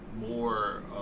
more